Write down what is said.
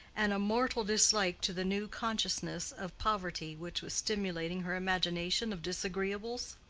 and a mortal dislike to the new consciousness of poverty which was stimulating her imagination of disagreeables?